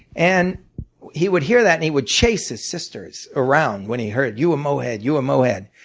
and he would hear that and he would chase his sisters around when he heard you a mohead, you a mohead,